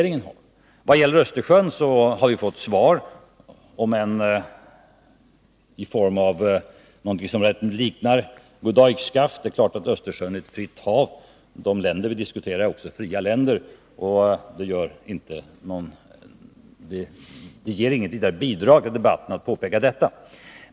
I vad gäller Östersjön har vi fått svar, om än i form av någonting som rätt mycket liknar goddag-yxskaft. Det är klart att Östersjön är ett fritt hav. De länder vi diskuterar är också fria länder. Det ger inget vidare bidrag till debatten att påpeka detta.